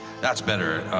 that's better,